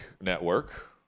Network